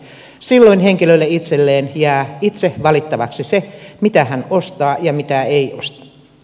silloin henkilölle itselleen jää itse valittavaksi se mitä hän ostaa ja mitä ei osta